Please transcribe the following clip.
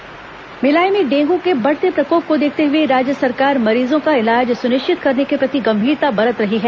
dengue Bhilai में dengue के बढ़ते प्रकोप को देखते हुए राज्य सरकार मरीजों का इलाज सुनिश्चित करने के प्रति गंभीरता बरत रही है